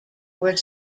were